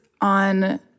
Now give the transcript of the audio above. on